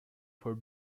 for